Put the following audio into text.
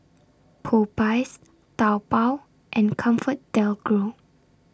Popeyes Taobao and ComfortDelGro